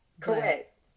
Correct